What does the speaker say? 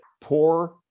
poor